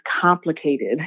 complicated